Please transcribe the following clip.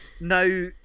Now